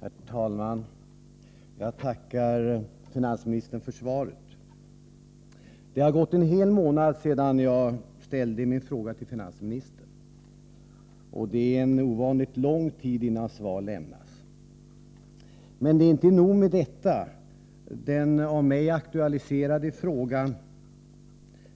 Herr talman! Jag tackar finansministern för svaret. Det har gått en hel månad sedan jag ställde min fråga till finansministern. Det är en ovanligt lång tid innan svar lämnats, men det är inte nog med detta. Den av mig aktualiserade frågan